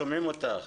שומעים אותך.